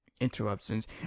interruptions